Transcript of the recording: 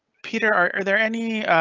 peter are are there any